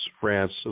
France